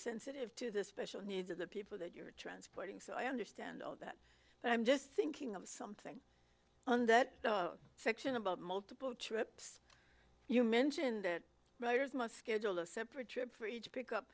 sensitive to this special needs of the people that you're transporting so i understand all that but i'm just thinking of something on that section about multiple trips you mentioned that writers must schedule a separate trip for each pick up